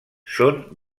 són